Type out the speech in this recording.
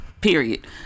period